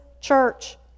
church